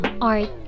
art